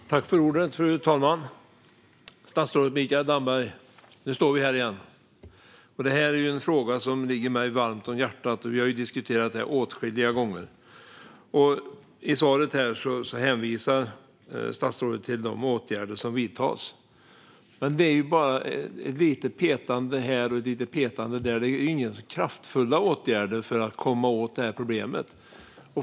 Fru talman! Nu står vi här igen, statsrådet Mikael Damberg. Den här frågan ligger mig varmt om hjärtat, och vi har diskuterat den åtskilliga gånger. I svaret hänvisar statsrådet till de åtgärder som vidtas. Men det är bara lite petande här och där och inga kraftfulla åtgärder för att komma åt detta problem.